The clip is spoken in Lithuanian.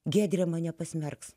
giedrė mane pasmerks